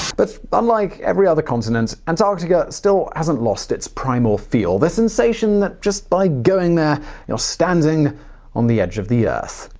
but unlike every other continent, antarctica still hasn't lost its primal feel, the sensation that by going there you're standing on the edge of the earth.